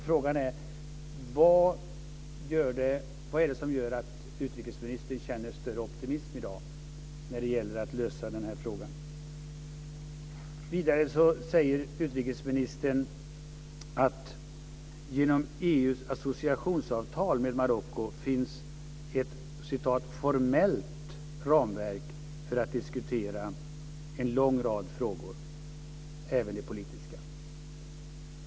Frågan är: Vad är det som gör att utrikesministern känner större optimism i dag när det gäller att lösa den här frågan? Vidare säger utrikesministern att genom EU:s associeringsavtal med Marocko finns ett "formellt" ramverk för att diskutera en lång rad frågor, även de politiska.